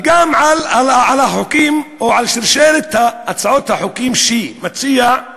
וגם על החוקים או על שרשרת הצעות החוקים שמציעים